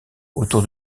autour